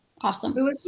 Awesome